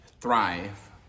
thrive